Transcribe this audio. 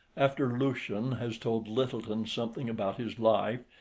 after lucian has told lyttelton something about his life,